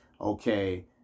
okay